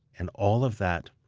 and all of that